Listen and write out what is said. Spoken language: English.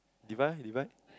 divide lah divide